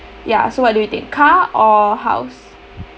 ya so what do you think car or house